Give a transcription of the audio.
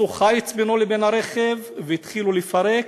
עשו חיץ בינו לבין הרכב, והתחילו לפרק.